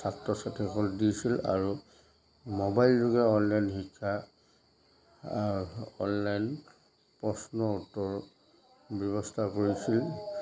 ছাত্ৰ ছাত্ৰীসকল দিছিল আৰু মোবাইল যোগে অনলাইন শিক্ষা আৰু অনলাইন প্ৰশ্ন উত্তৰ ব্যৱস্থা কৰিছিল